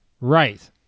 Right